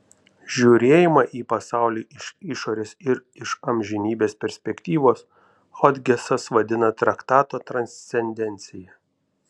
žiūrėjimą į pasaulį iš išorės ir iš amžinybės perspektyvos hodgesas vadina traktato transcendencija